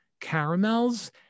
caramels